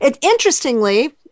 Interestingly